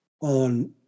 on